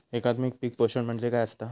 एकात्मिक पीक पोषण म्हणजे काय असतां?